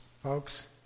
Folks